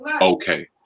Okay